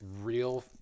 real